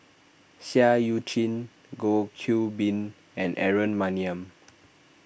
Seah Eu Chin Goh Qiu Bin and Aaron Maniam